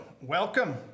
Welcome